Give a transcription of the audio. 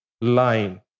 line